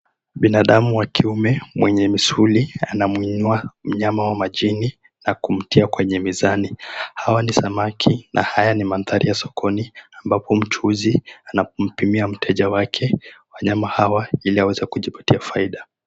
Binadamu kwa kiume mweye misuli anamuinuwa mnyama wa majini na kumutia kwenye mizani, hawa ni samaki na haya ni mandhari ya sokoni ambapo mchuuzi anapompimia mteja wake wanyama hawa anaweza kujipatia faida.